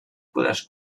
poders